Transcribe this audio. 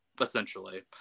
essentially